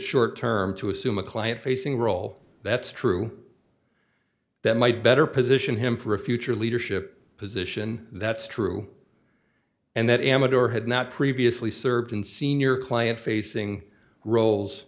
short term to assume a client facing role that's true that might better position him for a future leadership position that's true and that amador had not previously served in senior client facing roles